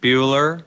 Bueller